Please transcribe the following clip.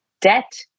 debt